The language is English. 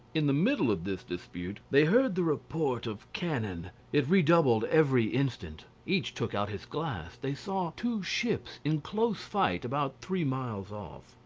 in the middle of this dispute they heard the report of cannon it redoubled every instant. each took out his glass. they saw two ships in close fight about three miles off.